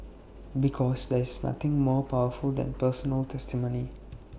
because there is nothing more powerful than personal testimony